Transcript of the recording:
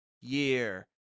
year